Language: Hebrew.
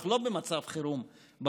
אנחנו לא במצב חירום במדינה.